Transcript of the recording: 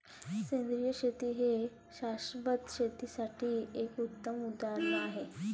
सेंद्रिय शेती हे शाश्वत शेतीसाठी एक उत्तम उदाहरण आहे